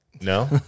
No